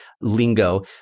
lingo